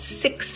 six